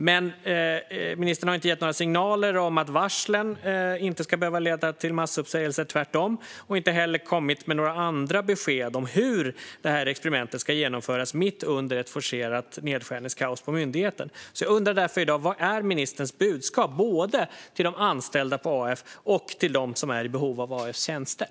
Men ministern har inte gett några signaler om att varslen inte ska behöva leda till massuppsägningar - tvärtom - och inte heller kommit med några andra besked om hur detta experiment ska genomföras mitt under ett forcerat nedskärningskaos på myndigheten. Därför undrar jag vad ministerns budskap är, både till de anställda på Arbetsförmedlingen och till dem som är i behov av Arbetsförmedlingens tjänster.